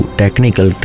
technical